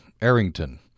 Arrington